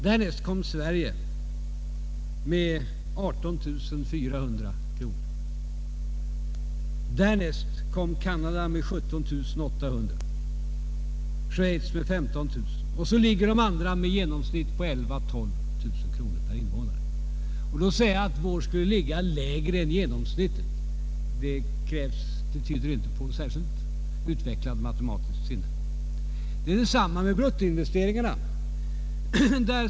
Därnäst kom Sverige med 18 400 kronor, därefter Canada med 17 800 kronor, Schweiz med 15 000 kronor och så de andra länderna med genomsnitt på 11 000-12 000 kronor per invånare. Att då säga att vår bruttonationalprodukt skulle vara lägre än genomsnittet tyder inte på särskilt utvecklat matematiskt sinne. Det är samma sak med bruttoinvesteringarna.